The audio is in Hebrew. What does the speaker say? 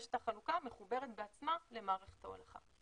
רשת החלוקה מחוברת בעצמה למערכת ההולכה.